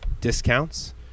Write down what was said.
discounts